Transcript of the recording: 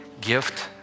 gift